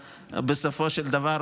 בסופו של דבר,